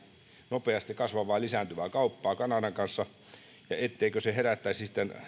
nopeasti kasvavaa ja lisääntyvää kauppaa kanadan kanssa ettei se herättäisi sitten